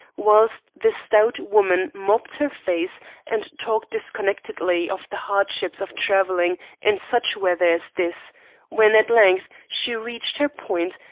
whilst the stout woman mopped her face and talked disconnectedly of the hardships of travelling in such weather as this when at length she reached her point,